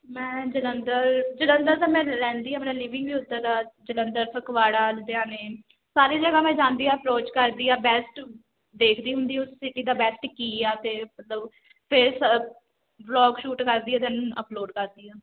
ਮੈਂ ਜਲੰਧਰ ਜਲੰਧਰ ਤਾਂ ਮੈਂ ਰਹਿੰਦੀ ਆਪਣੇ ਲਿਵਿੰਗ ਦਾ ਜਲੰਧਰ ਫਗਵਾੜਾ ਲੁਧਿਆਣੇ ਸਾਰੀ ਜਗ੍ਹਾ ਮੈਂ ਜਾਂਦੀ ਹਾਂ ਅਪਰੋਚ ਕਰਦੀ ਹਾਂ ਬੈਸਟ ਦੇਖਦੀ ਹੁੰਦੀ ਉਸ ਸਿਟੀ ਦਾ ਬੈਸਟ ਕੀ ਆ ਅਤੇ ਮਤਲਬ ਫਿਰ ਸ ਵਲੋਗ ਸ਼ੂਟ ਕਰਦੀ ਹੈ ਦੈਨ ਅਪਲੋਡ ਕਰਦੀ ਹਾਂ